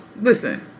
Listen